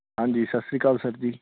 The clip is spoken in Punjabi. ਹਾਂਜੀ ਸਤਿ ਸ਼੍ਰੀ ਅਕਾਲ ਸਰ ਜੀ